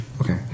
Okay